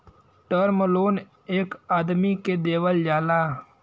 term loan एक आदमी के देवल जाला